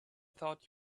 thought